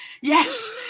Yes